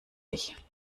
ich